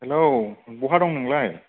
hello बहा दं नोंलाय